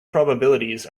probabilities